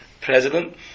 president